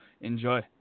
Enjoy